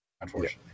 unfortunately